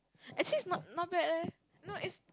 actually it's not not bad leh no is